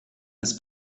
des